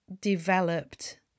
developed